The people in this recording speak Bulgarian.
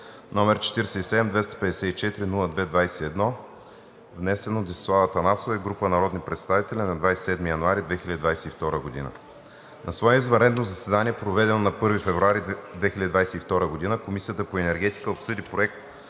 № 47-254-02-21, внесен от Десислава Атанасова и група народни представители на 27 януари 2022 г. На свое извънредно заседание, проведено на 1 февруари 2022 г., Комисията по енергетика обсъди Проект